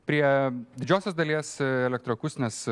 prie didžiosios dalies elektroakustinės